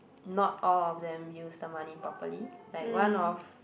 not all of them used the money properly like one of